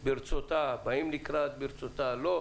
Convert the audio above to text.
ברצותם באים לקראת וברצותם לא.